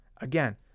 Again